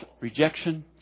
rejection